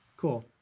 cool.